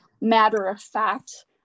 matter-of-fact